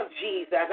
Jesus